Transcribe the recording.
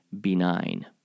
benign